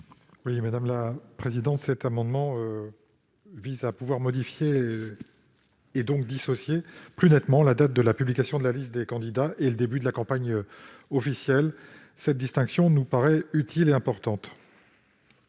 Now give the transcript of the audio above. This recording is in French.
Éric Kerrouche. Cet amendement vise à dissocier plus nettement la date de la publication de la liste des candidats et le début de la campagne officielle. Cette distinction nous paraît utile et importante.